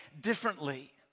differently